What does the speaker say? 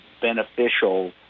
beneficial